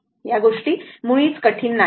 या गोष्टी मुळीच कठीण नाहीत